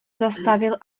zastavil